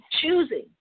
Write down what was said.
choosing